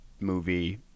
movie